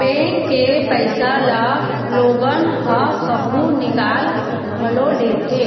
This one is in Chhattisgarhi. बेंक के पइसा ल लोगन ह कभु निकाल घलो लेथे